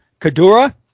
Kadura